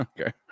Okay